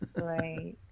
Right